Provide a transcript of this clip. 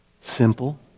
simple